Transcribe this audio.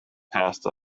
passed